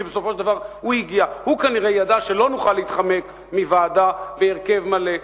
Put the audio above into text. כי הוא כנראה ידע שלא נוכל להתחמק מוועדה בהרכב מלא,